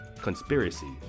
Conspiracy